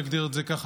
נגדיר את זה ככה,